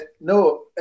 No